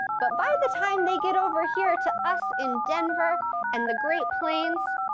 but by the time they get over here to us in denver and the great plains,